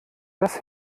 das